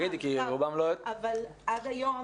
עד היום,